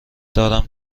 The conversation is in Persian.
دارم